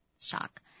Shock